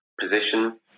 position